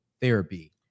therapy